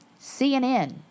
CNN